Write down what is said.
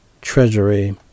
Treasury